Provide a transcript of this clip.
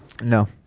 No